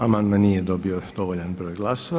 Amandman nije dobio dovoljan broj glasova.